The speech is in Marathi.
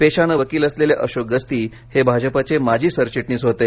पेशानं वकील असलेले अशोक गस्ती हे भाजपचे माजी सरचिटणीस होते